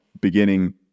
beginning